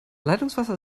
leitungswasser